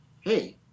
Hey